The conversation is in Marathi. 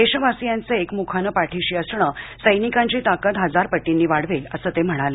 देशवासियांच एकमुखानं पाठीशी असणं सैनिकांची ताकद हजारपटींनी वाढवेल असं ते म्हणाले